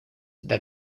that